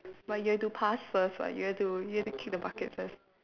but you have to pass first [what] you have to you have to kick the bucket first